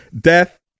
Death